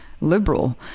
liberal